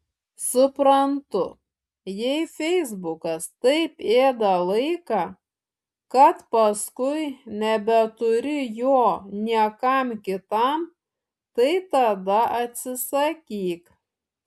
suprantu jei feisbukas taip ėda laiką kad paskui nebeturi jo niekam kitam tai tada atsisakyk